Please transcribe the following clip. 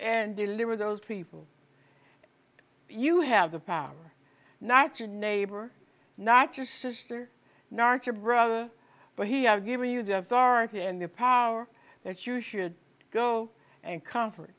and deliver those people you have the power not your neighbor not your sister not your brother but he have given you the authority and the power that you should go and comfort